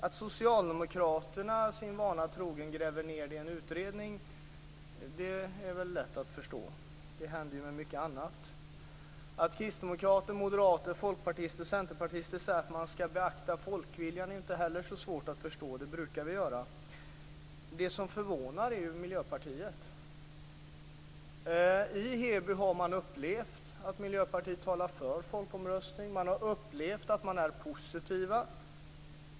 Att socialdemokraterna sin vana trogen gräver ned frågan i en utredning är lätt att förstå, det händer också med mycket annat. Att kristdemokrater, moderater, folkpartister och centerpartister säger att man skall beakta folkviljan är inte heller så svårt att förstå, det brukar vi göra. Men det som förvånar är Miljöpartiet. I Heby har Miljöpartiet talat för folkomröstning. Man har upplevt Miljöpartiet som positivt.